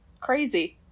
crazy